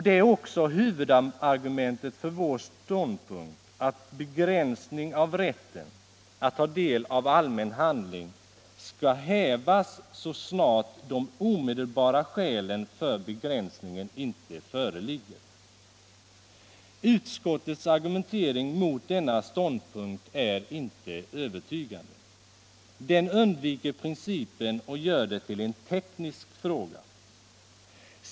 Det är också huvudargumentet för vår ståndpunkt att begränsning av rätten att ta del av allmän handling skall hävas så snart de omedelbara skälen för begränsningen inte föreligger. Utskottets argumentering mot denna ståndpunkt är inte övertygande. Den undviker principen och gör det hela till en teknisk fråga.